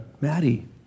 Maddie